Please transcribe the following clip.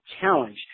challenge